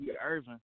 Irving